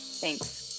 Thanks